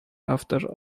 after